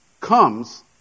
comes